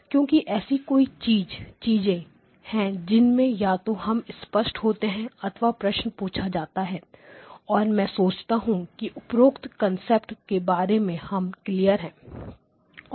क्योंकि ऐसी कई चीजें हैं जिनमें या तो हम स्पष्ट होते हैं अथवा प्रश्न पूछा जाता है और मैं सोचता हूं कि उपरोक्त कंसेप्ट के बारे में हम क्लियर है